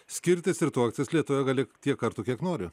skirtis ir tuoktis lietuvoje gali tiek kartų kiek nori